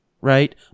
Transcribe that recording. right